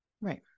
Right